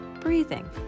Breathing